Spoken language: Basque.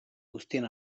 guztien